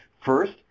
first